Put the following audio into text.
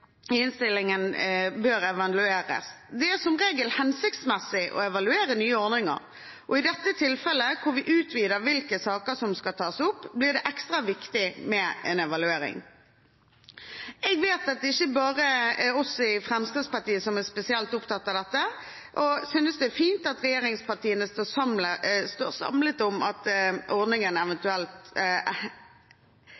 i innstillingen, bør evalueres. Det er som regel hensiktsmessig å evaluere nye ordninger, og i dette tilfellet, hvor vi utvider hvilke saker som skal tas opp, blir det ekstra viktig med en evaluering. Jeg vet at det ikke bare er vi i Fremskrittspartiet som er spesielt opptatt av dette, og jeg synes det er fint at regjeringspartiene står samlet om at ordningen